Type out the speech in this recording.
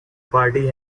party